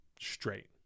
straight